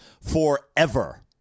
forever